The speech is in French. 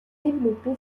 développé